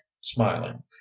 smiling